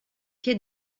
quai